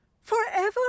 Forever